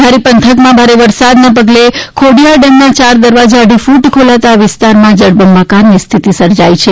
ધારી પંથકમાં ભારે વરસાદના પગલે ખોડીયાર ડેમના ચાર દરવાજા અઢી ફૂર ખોલોતા આ વિસ્તારમાં જળબંબાકારની સ્થિતી સર્જાઈ છે